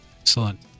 Excellent